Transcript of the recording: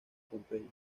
pompeyo